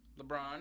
LeBron